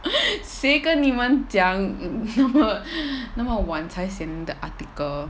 谁跟你们讲 ne~ 那么晚才写你们的 article